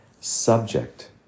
Subject